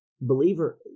believer